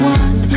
one